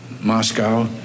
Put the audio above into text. Moscow